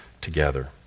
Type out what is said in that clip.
together